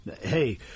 Hey